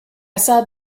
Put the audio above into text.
saw